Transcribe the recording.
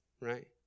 right